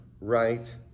right